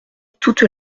toute